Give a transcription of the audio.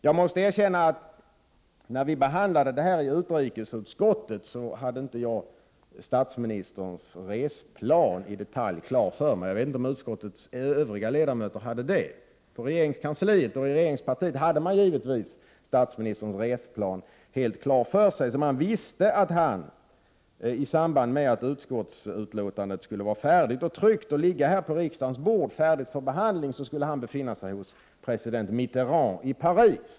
Jag måste erkänna att när vi behandlade denna fråga i utrikesutskottet hade jag inte statsministerns resplan i detalj klar för mig. Jag vet inte om utskottets övriga ledamöter hade det. På regeringskansliet och i regeringspartiet hade man givetvis hans resplan helt klar för sig och visste att han, i samband med att utskottsbetänkandet skulle vara färdigt och tryckt och ligga på riksdagens bord för behandling, skulle befinna sig hos president Mitterand i Paris.